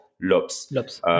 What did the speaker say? L'OPS